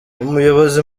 umuyobozi